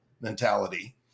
mentality